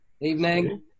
Evening